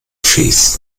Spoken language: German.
fieß